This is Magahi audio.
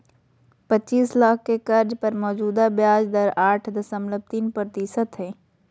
पचीस लाख के कर्ज पर मौजूदा ब्याज दर आठ दशमलब तीन प्रतिशत हइ